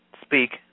Speak